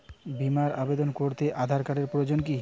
বিমার আবেদন করতে আধার কার্ডের প্রয়োজন কি?